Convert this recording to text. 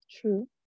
true